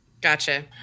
Gotcha